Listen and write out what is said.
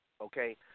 okay